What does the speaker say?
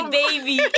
baby